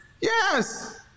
Yes